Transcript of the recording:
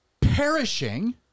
Perishing